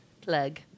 plug